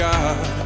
God